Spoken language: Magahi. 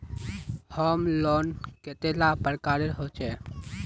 होम लोन कतेला प्रकारेर होचे?